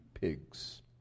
pigs